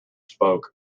spoke